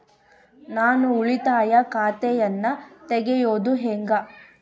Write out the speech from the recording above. ನಾನು ಉಳಿತಾಯ ಖಾತೆಯನ್ನ ತೆರೆಯೋದು ಹೆಂಗ?